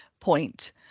point